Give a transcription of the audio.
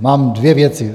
Mám dvě věci.